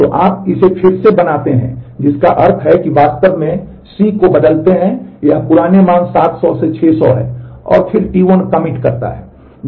तो आप इसे फिर से बनाते हैं जिसका अर्थ है कि आप वास्तव में C को बदलते हैं यह पुराने मान 700 से 600 है और फिर T1 कमिट करता है